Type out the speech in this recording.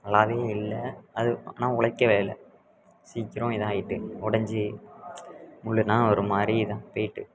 நல்லாவே இல்லை அது ஆனால் உழைக்கவே இல்லை சீக்கிரம் இதாக ஆகிட்டு உடைஞ்சு முள்ளுலாம் ஒரு மாதிரி இதாக போய்ட்டு